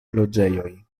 loĝejoj